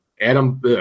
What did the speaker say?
Adam